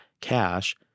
Cash